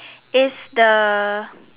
it's the